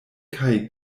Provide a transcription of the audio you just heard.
kaj